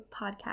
podcast